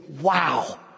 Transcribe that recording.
Wow